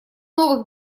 новых